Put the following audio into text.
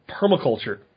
permaculture